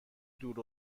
دور